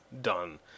Done